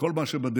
וכל מה שבדרך.